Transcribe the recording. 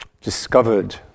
discovered